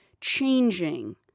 changing